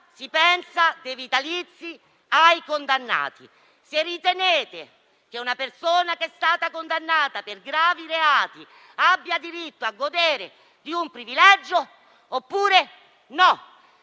si pensa dei vitalizi ai condannati: se ritenete che una persona condannata per gravi reati abbia diritto a godere di un privilegio, oppure no.